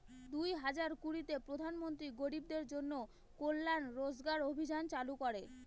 দুই হাজার কুড়িতে প্রধান মন্ত্রী গরিবদের জন্য কল্যান রোজগার অভিযান চালু করেন